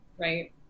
right